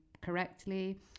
correctly